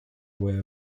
aware